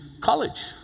college